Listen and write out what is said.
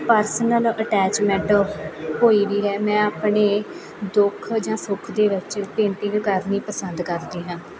personal attachment ਹੋਈ ਵੀ ਹੈ ਮੈਂ ਆਪਣੇ ਦੁੱਖ ਜਾਂ ਸੁੱਖ ਦੇ ਵਿੱਚ ਪੇਂਟਿੰਗ ਕਰਨੀ ਪਸੰਦ ਕਰਦੀ ਹਾਂ